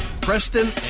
Preston